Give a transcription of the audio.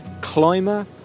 climber